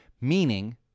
meaning